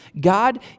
God